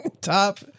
top